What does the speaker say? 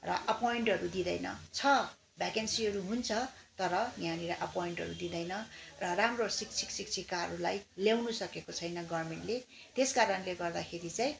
र एपोइन्टहरू दिँदैन छ भ्याकेसीहरू हुन्छ तर यहाँनिर एपोइन्टहरू दिँदैन र राम्रो शिक्षक शिक्षिकाहरूलाई ल्याउनसकेको छैन गभर्मेन्टले त्यस कारणले गर्दाखेरि चाहिँ